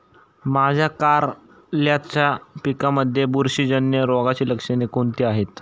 माझ्या कारल्याच्या पिकामध्ये बुरशीजन्य रोगाची लक्षणे कोणती आहेत?